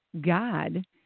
God